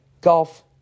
golf